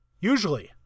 Usually